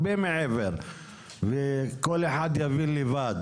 כל אחד יבין לבד